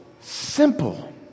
simple